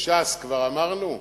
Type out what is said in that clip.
וש"ס כבר אמרנו?